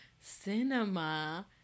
cinema